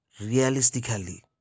realistically